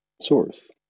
source